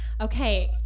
Okay